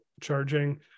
charging